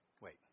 wait